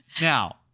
now